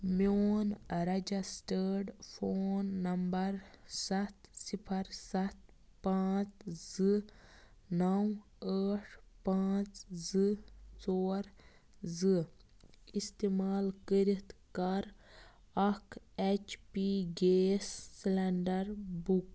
میٛون registered phone number سَتھ صِفر سَتھ پانٛژھ زٕ نَو ٲٹھ پانٛژھ زٕ ژور زٕ اِستعمال کٔرِتھ کَر اکھ H P gas cylinder book